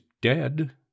dead